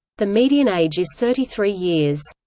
the median age is thirty three years.